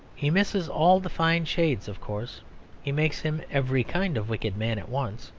he misses all the fine shades, of course he makes him every kind of wicked man at once.